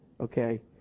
Okay